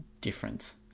difference